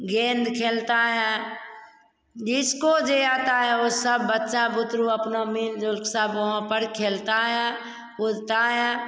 गेंद खेलता है जिसको जो आता है वह सब बच्चा बुतरु अपना मिल जुलकर सब वहाँ पर खेलता है उलता है